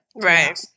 Right